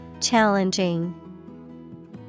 Challenging